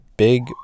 big